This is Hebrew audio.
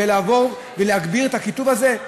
ולבוא ולהגביר את הקיטוב הזה,